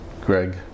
Greg